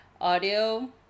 audio